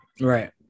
Right